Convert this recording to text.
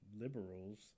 liberals